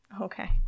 Okay